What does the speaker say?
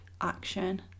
action